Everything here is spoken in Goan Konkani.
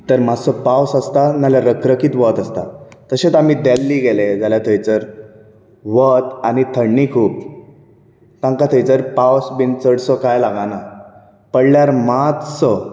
तर मातसो पावस आसता ना जाल्यार रखरखीत वत आसता तशेंच आमी देल्ली गेले जाल्यार थंयसर वत आनी थंडी खूब तांकां थंयसर पावस बी चडसो कांय लागना पडल्यार मातसो